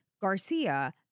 Garcia